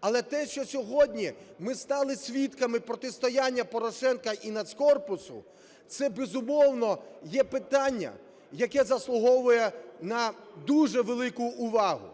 але те, що сьогодні ми стали свідками протистояння Порошенка і "Нацкорпусу" – це, безумовно, питання, яке заслуговує на дуже велику увагу.